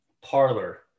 parlor